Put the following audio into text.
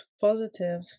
positive